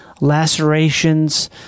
lacerations